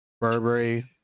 Burberry